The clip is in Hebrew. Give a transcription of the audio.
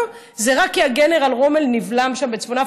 זה רק כי הגנרל רומל נבלם בצפון אפריקה,